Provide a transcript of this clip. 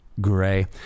Gray